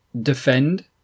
defend